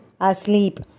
asleep